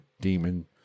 demon